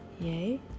Yay